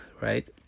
right